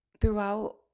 Throughout